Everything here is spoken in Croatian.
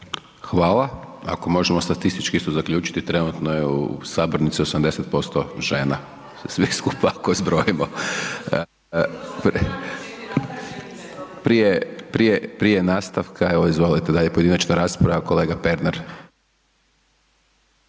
Hvala. Ako možemo statistički isto zaključiti, trenutno je u sabornici 80% žena, sve skupa ako zbrojimo. Prije nastavka, evo, izvolite dalje, pojedinačna rasprava, kolega Pernar.